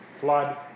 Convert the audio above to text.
flood